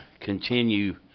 continue